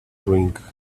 drink